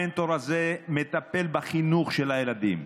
המנטור הזה מטפל בחינוך של הילדים,